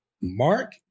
Mark